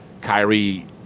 Kyrie